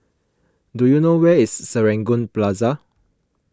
do you know where is Serangoon Plaza